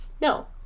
No